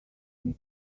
this